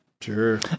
Sure